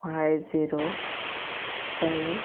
five zero seven